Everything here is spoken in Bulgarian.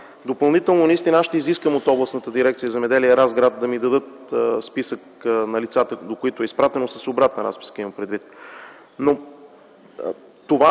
Допълнително ще изискам от Областната дирекция „Земеделие” – Разград, да ми дадат списък на лицата, до които е изпратено – с обратна разписка имам предвид.